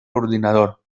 ordinador